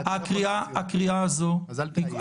--- הצבעה, אז אל תאיים.